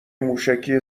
موشکی